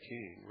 King